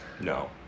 No